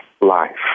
life